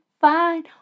fine